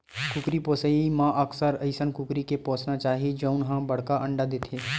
कुकरी पोसइ म अक्सर अइसन कुकरी के पोसना चाही जउन ह बड़का अंडा देथे